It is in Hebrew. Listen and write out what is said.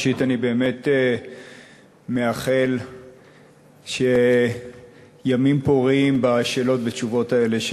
ראשית אני באמת מאחל ימים פוריים בשאלות ותשובות האלה,